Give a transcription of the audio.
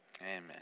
Amen